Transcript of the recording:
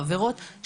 חברות,